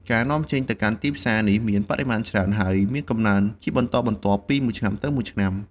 ការនាំចេញទៅកាន់ទីផ្សារនេះមានបរិមាណច្រើន ហើយមានកំណើនជាបន្តបន្ទាប់ពីមួយឆ្នាំទៅមួយឆ្នាំ។